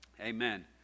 Amen